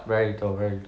very little very little